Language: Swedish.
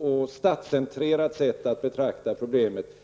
och statscentrerat sätt att betrakta problemet.